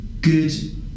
good